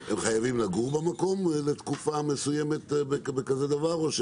חייבים לגור במקום לתקופה מסוימת בכזה דבר?